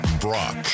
Brock